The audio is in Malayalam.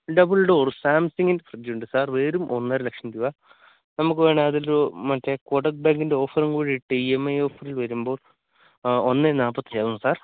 ഡബിള് ഡോര് സാംസങ്ങിന്റെ ഫ്രിഡ്ജ് ഉണ്ട് സാര് വെറും ഒന്നര ലക്ഷം രൂപ നമുക്ക് വേണമെങ്കിൽ അതിൽ ഒരു മറ്റേ കൊടക് ബാങ്കിന്റെ ഓഫറും കൂടി ഇട്ട് ഈ എം ഐ ഓഫറില് വരുമ്പോള് ഒന്ന് നാൽപ്പത്തി അഞ്ചാവും സാര്